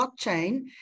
blockchain